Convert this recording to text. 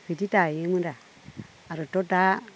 बिदि दायोमोन रा आरोथ' दा